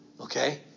Okay